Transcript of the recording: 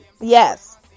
Yes